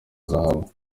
zahabu